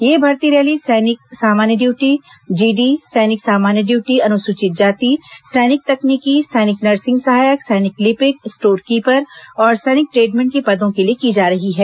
यह भर्ती रैली सैनिक सामान्य डयूटी जीडी सैनिक सामान्य डयूटी अनुसूचित जाति सैनिक तकनीकी सैनिक नर्सिंग सहायक सैनिक लिपिक स्टोर कीपर और सैनिक ट्रेडमेन के पदों के लिए की जा रही है